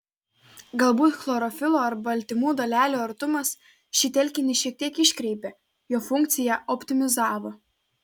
galbūt chlorofilo ar baltymų dalelių artumas šį telkinį šiek tiek iškreipė jo funkciją optimizavo